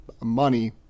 Money